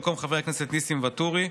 במקום חבר הכנסת ניסים ואטורי,